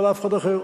לא לאף אחד אחר.